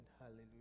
hallelujah